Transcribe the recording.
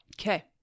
Okay